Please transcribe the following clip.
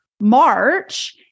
March